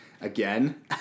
again